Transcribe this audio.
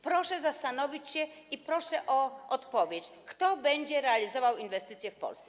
Proszę zastanowić się i proszę o odpowiedź, kto będzie realizował inwestycje w Polsce.